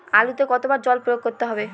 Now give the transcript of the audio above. আলুতে কতো বার জল প্রয়োগ করতে হবে?